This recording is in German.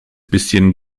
bisschen